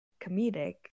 comedic